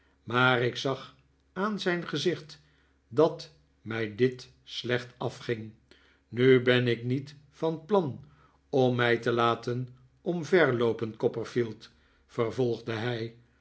maar ik zag aan zijn gezicht dat mij dit slecht afging nu ben ik niet van plan om mij te laten omverloopen copperfield vervolgde hij